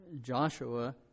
Joshua